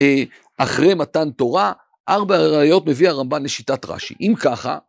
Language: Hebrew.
אחרי מתן תורה ארבע ראיות מביא הרמב״ן לשיטת רשי אם ככה.